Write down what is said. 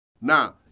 Now